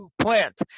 plant